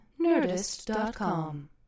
Nerdist.com